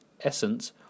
essence